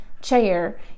chair